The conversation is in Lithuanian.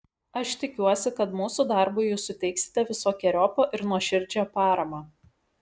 aš tikiuosi kad mūsų darbui jūs suteiksite visokeriopą ir nuoširdžią paramą